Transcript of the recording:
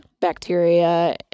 bacteria